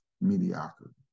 mediocrity